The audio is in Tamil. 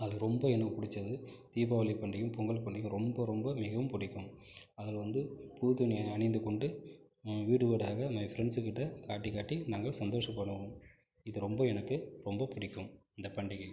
அது ரொம்ப எனக்கு பிடிச்சது தீபாவளி பண்டிகையும் பொங்கல் பண்டிகையும் ரொம்ப ரொம்ப மிகவும் பிடிக்கும் அதில் வந்து புது துணி அணிந்து கொண்டு வீடு வீடாக மை ஃப்ரெண்ட்ஸ்கிட்டே காட்டி காட்டி நாங்கள் சந்தோஷப்படுவோம் இது ரொம்ப எனக்கு ரொம்ப பிடிக்கும் இந்த பண்டிகை